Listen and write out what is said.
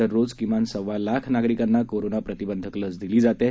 दररोज किमान सव्वा लाख नागरिकांना कोरोना प्रतिबंधक लस दिली जात आहे